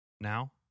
Now